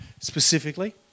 specifically